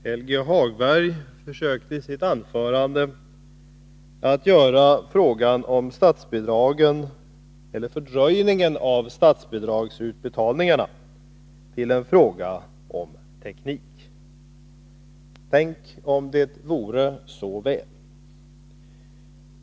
Herr talman! Helge Hagberg försökte i sitt anförande att göra frågan om fördröjningen av statsbidragsutbetalningarna till en fråga om teknik. Tänk om det vore så väl.